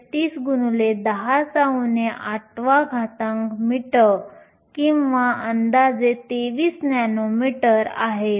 33 x 10 8 metre किंवा अंदाजे 23 nanometre आहे